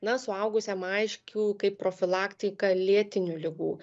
na suaugusiam aiškių kaip profilaktiką lėtinių ligų